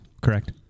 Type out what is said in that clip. correct